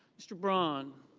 mr. braun.